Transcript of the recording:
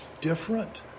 different